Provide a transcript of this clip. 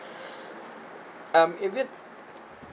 um is it